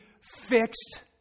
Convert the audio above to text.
fixed